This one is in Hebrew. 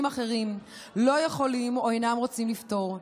אחרים לא יכולים או אינם רוצים לפתור,